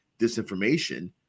disinformation